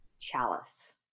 chalice